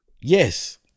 Yes